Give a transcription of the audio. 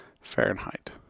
Fahrenheit